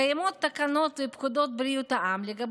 קיימות תקנות לפקודת בריאות העם בדבר